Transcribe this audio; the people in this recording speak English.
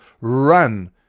run